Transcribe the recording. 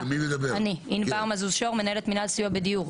ענבר מזוז שור מנהלת מנהל סיוע בדיור.